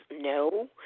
no